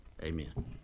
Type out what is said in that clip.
Amen